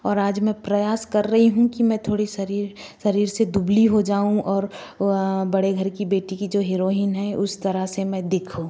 और आज मैं प्रयास कर रही हूँ कि मैं थोड़ी शरीर शरीर से दुबली हो जाऊँ और बड़े घर की बेटी की जो हीरोइन है उस तरह से मैं दिखूँ